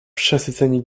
przesyceni